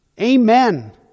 amen